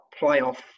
playoff